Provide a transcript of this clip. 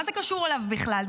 מה זה קשור אליו בכלל?